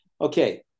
Okay